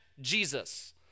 Jesus